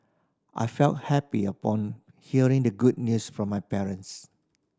I felt happy upon hearing the good news from my parents